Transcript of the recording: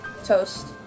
Toast